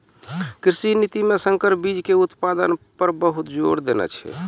कृषि नीति मॅ संकर बीच के उत्पादन पर बहुत जोर देने छै